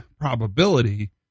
probability